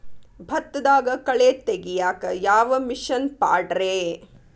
ಭತ್ತದಾಗ ಕಳೆ ತೆಗಿಯಾಕ ಯಾವ ಮಿಷನ್ ಪಾಡ್ರೇ?